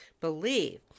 believe